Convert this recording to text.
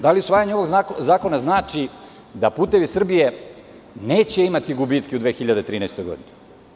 Da li usvajanje ovog zakona znači da "Putevi Srbije" neće imati gubitke u 2013. godini?